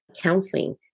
Counseling